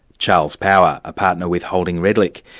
charles power, a partner with holding redlich.